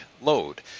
load